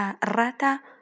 rata